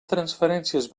transferències